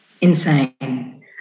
Insane